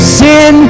sin